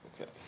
Okay